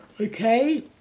okay